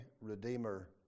Redeemer